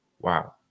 wow